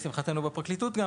גם בפרקליטות.